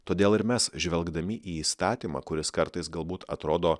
todėl ir mes žvelgdami į įstatymą kuris kartais galbūt atrodo